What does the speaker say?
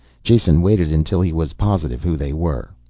jason waited until he was positive who they were.